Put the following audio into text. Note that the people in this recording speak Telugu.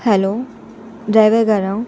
హలో డ్రైవర్ గారా